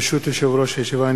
ברשות יושב-ראש הישיבה,